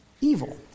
evil